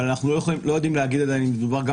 אבל אנחנו לא יודעים להגיד עדין אם מדובר גם